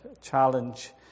challenge